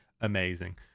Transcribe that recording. amazing